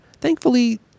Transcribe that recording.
thankfully